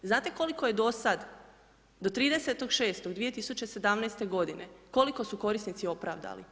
Znate koliko je do sad do 30.6.2017. godine, koliko su korisnici opravdali?